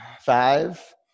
Five